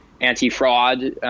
anti-fraud